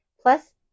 Plus